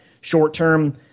short-term